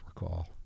recall